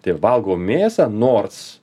tai ir valgau mėsą nors